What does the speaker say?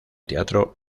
teatro